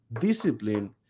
Discipline